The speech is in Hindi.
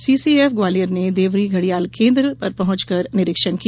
सीसीएफ ग्वालियर ने देवरी घड़ियाल केन्द्र पर पहुंचकर निरीक्षण किया